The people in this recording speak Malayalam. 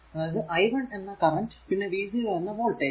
അതായതു i 1 എന്ന കറന്റ് പിന്നെ v 0 എന്ന വോൾടേജ്